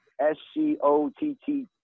S-C-O-T-T